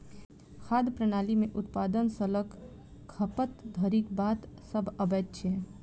खाद्य प्रणाली मे उत्पादन सॅ ल क खपत धरिक बात सभ अबैत छै